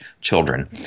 children